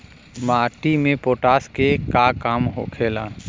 माटी में पोटाश के का काम होखेला?